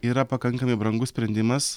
yra pakankamai brangus sprendimas